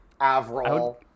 Avril